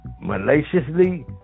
maliciously